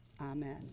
amen